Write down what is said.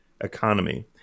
economy